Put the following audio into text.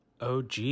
OG